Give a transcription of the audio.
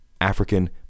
African